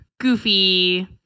goofy